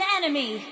enemy